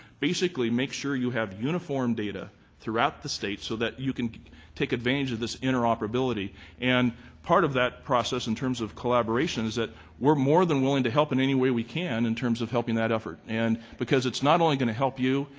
basically, make sure you have uniform data throughout the state so that you can take advantage of this interoperability and part of that process in terms of collaboration is that we're more than willing to help in any way we can in terms of helping that effort and because it's not only going to help you,